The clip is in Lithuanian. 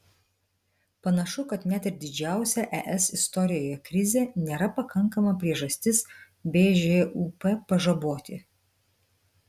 panašu kad net ir didžiausia es istorijoje krizė nėra pakankama priežastis bžūp pažaboti